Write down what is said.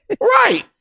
right